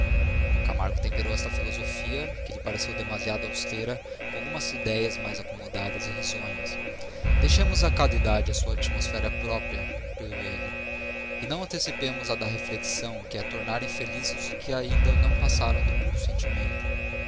camargo temperou esta filosofia que lhe pareceu demasiado austera com algumas idéias mais acomodadas e risonhas deixemos a cada idade a sua atmosfera própria concluiu ele e não antecipemos a da reflexão que é tornar infelizes os que ainda não passaram do puro sentimento